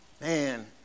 Man